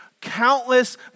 countless